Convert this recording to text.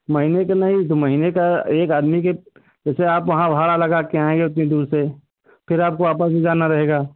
महीने के नहीं तो महीने का एक आदमी के जैसे आप वहाँ भाड़ा लगा के आएँगे उतनी दूर से फिर आपको वापस भी जाना रहेगा